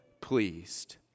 pleased